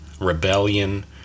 rebellion